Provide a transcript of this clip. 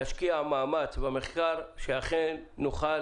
להשקיע מאמץ במחקר שאכן נוכל